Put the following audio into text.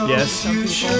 Yes